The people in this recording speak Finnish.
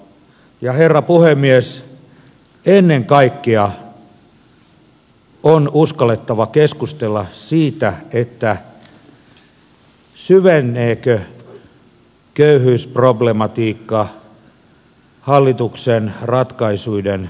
ja herra puhemies ennen kaikkea on uskallettava keskustella siitä syveneekö köyhyysproblematiikka hallituksen ratkaisuiden myötä